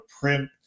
print